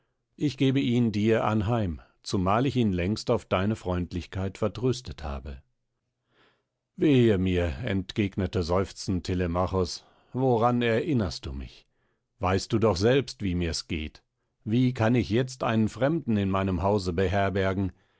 ich gebe ihn dir anheim zumal ich ihn längst auf deine freundlichkeit vertröstet habe wehe mir entgegnete seufzend telemachos woran erinnerst du mich weißt du doch selbst wie mir's geht wie kann ich jetzt einen fremden in meinem hause beherbergen